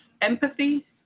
empathy